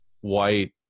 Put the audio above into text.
white